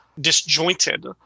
disjointed